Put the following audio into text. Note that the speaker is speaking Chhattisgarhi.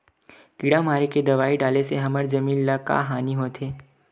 किड़ा मारे के दवाई डाले से हमर जमीन ल का हानि होथे?